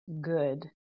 good